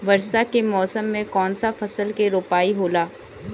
वर्षा के मौसम में कौन सा फसल के रोपाई होला?